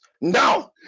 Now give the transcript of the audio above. now